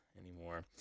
anymore